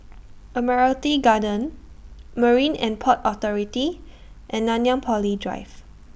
Admiralty Garden Marine and Port Authority and Nanyang Poly Drive